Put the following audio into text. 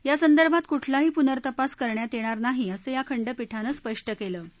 या संदर्भात कुठलाही पुनर्तपास करण्यात यणिर नाही असं या खंडपीठानं स्पष्ट कलि